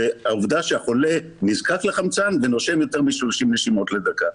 והעובדה שהחולה נזקק לחמצן ונושם יותר מ-30 נשימות לדקה.